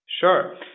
Sure